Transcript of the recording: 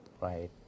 Right